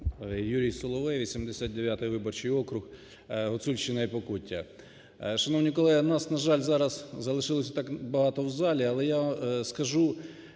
Юрій Соловей, 89-й виборчий округ, Гуцульщина і Покуття. Шановні колеги, в нас, на жаль, зараз залишилось не так багато в залі, але я вам скажу,